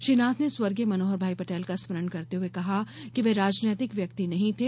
श्री नाथ ने स्वर्गीय मनोहर भाई पटेल का स्मरण करते हुये कहा कि वे राजनैतिक व्यक्ति नहीं थे